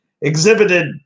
exhibited